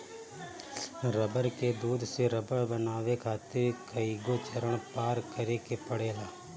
रबड़ के दूध से रबड़ बनावे खातिर कईगो चरण पार करे के पड़ेला